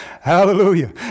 Hallelujah